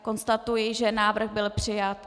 Konstatuji, že návrh byl přijat.